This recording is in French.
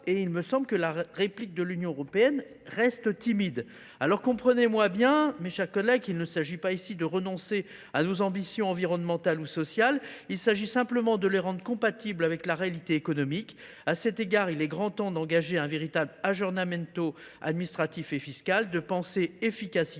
et il me semble que la réplique de l'Union européenne reste timide. Alors comprenez-moi bien, mes chers collègues, il ne s'agit pas ici de renoncer à nos ambitions environnementales ou sociales, il s'agit simplement de les rendre compatibles avec la réalité économique, A cet égard, il est grand temps d'engager un véritable aggiornamento administratif et fiscal, de penser efficacité,